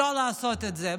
לא לעשות את זה.